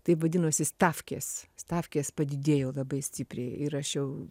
taip vadinosi stafkės stafkės padidėjo labai stipriai ir aš jau